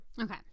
Okay